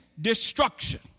destruction